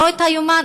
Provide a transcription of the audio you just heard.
לא את היומן,